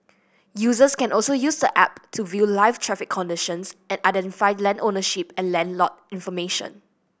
users can also use the app to view live traffic conditions and identify land ownership and land lot information